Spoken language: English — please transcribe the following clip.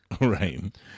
Right